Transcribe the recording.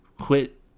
quit